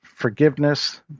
Forgiveness